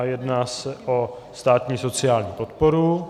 Jedná se o státní sociální podporu.